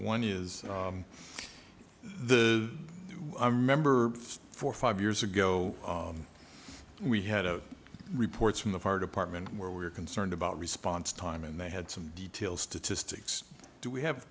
one is the a member for five years ago we had a reports from the fire department where we were concerned about response time and they had some detail statistics do we have